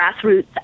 grassroots